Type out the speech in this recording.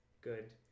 good